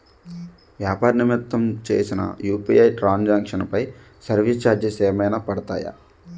వ్యాపార నిమిత్తం చేసిన యు.పి.ఐ ట్రాన్ సాంక్షన్ పై సర్వీస్ చార్జెస్ ఏమైనా పడతాయా?